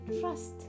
trust